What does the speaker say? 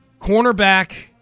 cornerback